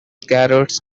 carrots